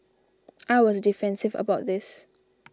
I was defensive about this